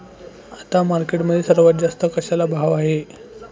आता मार्केटमध्ये सर्वात जास्त कशाला भाव आहे?